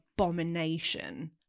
abomination